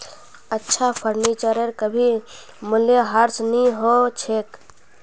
अच्छा फर्नीचरेर कभी मूल्यह्रास नी हो छेक